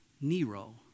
Nero